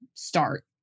start